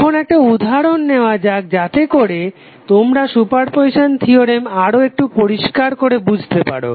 এখন একটা উদাহরণ নেওয়া যাক যাতেকরে তোমরা সুপারপজিসান থিওরেম আরও একটু পরিস্কার করে বুঝতে পারো